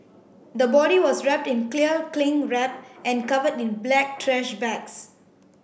the body was wrapped in clear cling wrap and covered in black trash bags